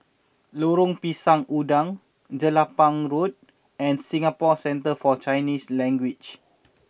Lorong Pisang Udang Jelapang Road and Singapore Centre For Chinese Language